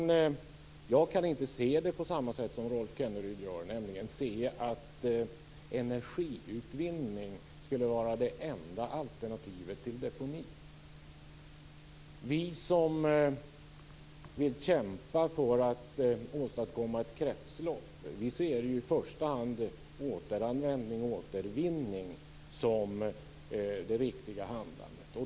Jag kan inte se det på samma sätt som Rolf Kenneryd gör, dvs. att energiutvinning skulle vara det enda alternativet till deponi. Vi som vill kämpa för att åstadkomma ett kretslopp ser ju i första hand återanvändning och återvinning som det riktiga handlandet.